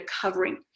covering